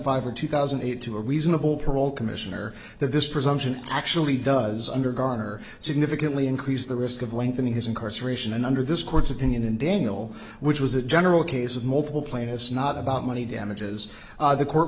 five or two thousand and eight to a reasonable parole commissioner that this presumption actually does under garner significantly increase the risk of lengthening his incarceration and under this court's opinion in daniel which was a general case of multiple plaintiffs not about money damages the court